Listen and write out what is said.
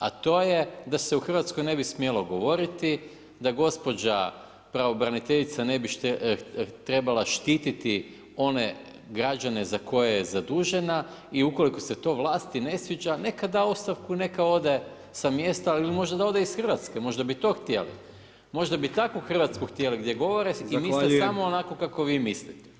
A to je da se u Hrvatskoj ne bi smjelo govoriti, da gospođa pravobraniteljica ne bi trebala štititi one građane za koje je zadužena i ukoliko se to vlasti ne sviđa, neka da ostavku, neka ode sa mjesta ili možda da ode iz Hrvatske, možda bi to htjeli, možda bi takvu Hrvatsku htjeli, gdje govore [[Upadica: Zahvaljujem.]] i misle samo onako kako vi mislite.